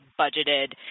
budgeted